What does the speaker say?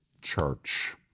church